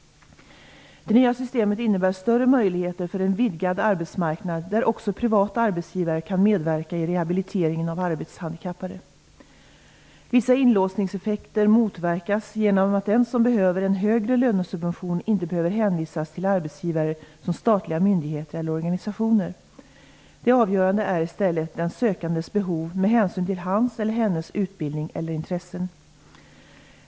Det nya systemet innebär större möjligheter för en vidgad arbetsmarknad, där också privata arbetsgivare kan medverka i rehabiliteringen av arbetshandikappade. Vissa inlåsningseffekter motverkas genom att den som behöver en högre lönesubvention inte behöver hänvisas till arbetsgivare som statliga myndigheter eller organisationer. Det avgörande är i stället den sökandes behov med hänsyn till hans eller hennes utbildning eller intressen.